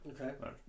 Okay